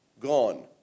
gone